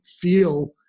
feel